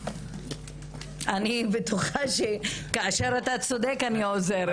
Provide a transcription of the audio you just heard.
אני בטוחה שכאשר אתה צודק אני עוזרת.